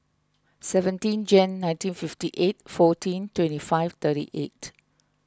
seventeen Jan nineteen fifty eight fourteen twenty five thirty eight